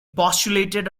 postulated